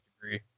degree